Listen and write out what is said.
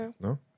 No